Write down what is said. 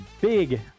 big